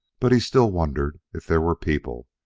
but he still wondered if there were people.